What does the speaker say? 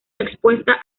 expuesta